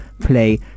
play